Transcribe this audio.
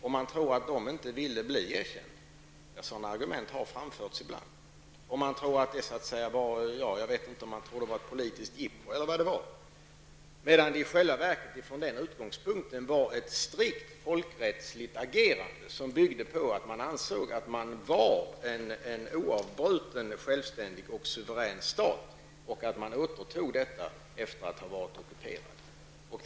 Tror man att litauerna inte ville bli erkända? Sådana argument har ibland framförts. Trodde man att det var ett politiskt jippo eller någonting sådant? I själva verket var det ett strikt folkrättsligt agerande, som byggde på att man ansåg att man oavbrutet hade varit en suverän och självständig stat och att man återtog detta status efter att ha varit ockuperad.